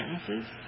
sentences